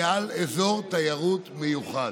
כעל אזור תיירות מיוחד.